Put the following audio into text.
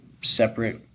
separate